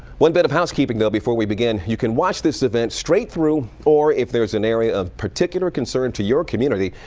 one bit of housekeeping, though, before we begin. you can watch this event straight through or, if there's an area of particular concern to your community,